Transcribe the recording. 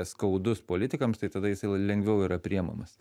skaudus politikams tai tada jisai lengviau yra priimamas